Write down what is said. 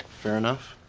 fair enough?